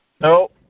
No